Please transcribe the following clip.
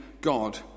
God